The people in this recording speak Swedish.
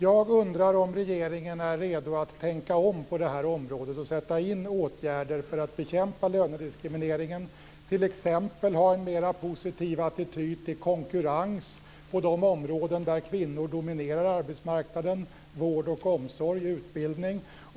Jag undrar om regeringen är redo att tänka om på det här området och sätta in åtgärder för att bekämpa lönediskrimineringen. Man kan t.ex. ha en mera positiv attityd till konkurrens på de områden där kvinnor dominerar arbetsmarknaden - vård, omsorg och utbildning.